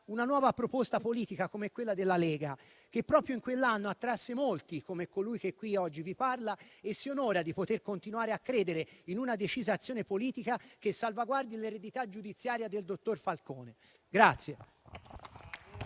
una nuova proposta politica, quella della Lega, che proprio in quell'anno attrasse molti, come colui che qui oggi vi parla e si onora di poter continuare a credere in una decisa azione politica che salvaguardi l'eredità giudiziaria del dottor Falcone.